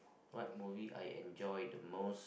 what movie I enjoy the most